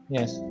Yes